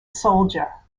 soldier